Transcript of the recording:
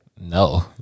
no